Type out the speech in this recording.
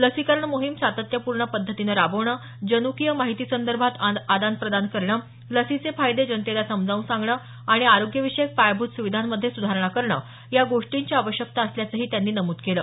लसीकरण मोहीम सातत्यपूर्ण पद्धतीनं राबवणं जनुकीय माहितीसंदर्भात आदानप्रदान करणं लसीचे फायदे जनतेला समजावून सांगणं आणि आरोग्यविषयक पायाभूत सुविधांमध्ये सुधारणं करणं या गोष्टींची आवश्यकता असल्याचंही त्यांनी नमूद केलं